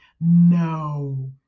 No